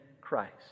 Christ